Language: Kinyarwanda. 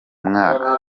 mwaka